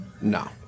No